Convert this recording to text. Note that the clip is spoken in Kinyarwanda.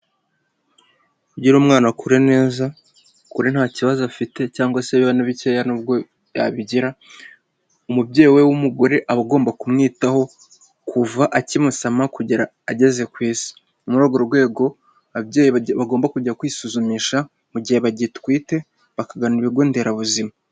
Kugira ngo umwana akure neza, akure nta kibazo afite cyangwa se bibe na bikeya nubwo yabigira, umubyeyi we w'umugore aba agomba kumwitaho kuva akimusama, kugera ageze ku isi. Ni muri urwo rwego ababyeyi bagomba kujya kwisuzumisha, mu gihe bagitwite bakagana ibigo nderabuzima.